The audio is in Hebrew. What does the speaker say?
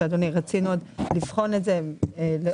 אדוני כי רצינו לבחון את זה גם לאור